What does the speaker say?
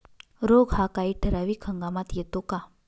रोग हा काही ठराविक हंगामात येतो का?